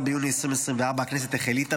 18 ביוני 2024, הכנסת החליטה